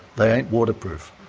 they ain't waterproof.